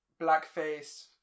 blackface